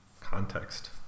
context